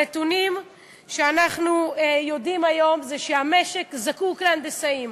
הנתונים שאנחנו יודעים היום הם שהמשק זקוק להנדסאים,